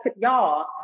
Y'all